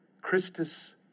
Christus